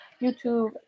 YouTube